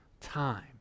time